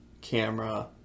camera